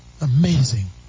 Amazing